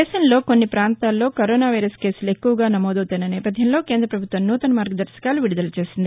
దేశంలో కొన్ని పాంతాల్లో కరోనా వైరస్ కేసులు ఎక్కువగా నమోదవుతున్న నేపథ్యంలో కేంద పభుత్వం నూతన మార్గదర్భకాలు విడుదల చేసింది